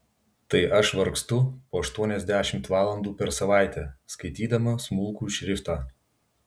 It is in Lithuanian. tai aš vargstu po aštuoniasdešimt valandų per savaitę skaitydama smulkų šriftą